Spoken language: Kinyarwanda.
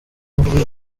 ubwicanyi